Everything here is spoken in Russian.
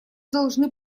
должны